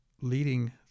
leading